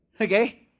okay